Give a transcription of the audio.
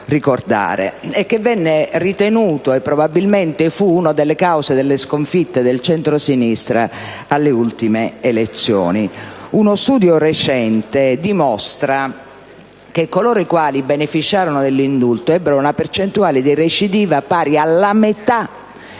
ricordare, e che venne ritenuto, e probabilmente fu, una delle cause delle sconfitte del centrosinistra alle ultime elezioni. Uno studio recente dimostra che coloro i quali beneficiarono dell'indulto ebbero una percentuale di recidiva pari alla metà